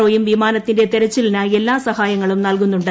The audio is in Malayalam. ഒ യും വിമാനത്തിന്റെ തെരച്ചിലിനായി എല്ലാ സഹായങ്ങളും നൽകുന്നുണ്ട്